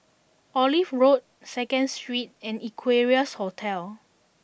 Olive Road Second Street and Equarius Hotel